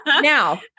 Now